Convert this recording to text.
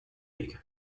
league